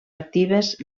actives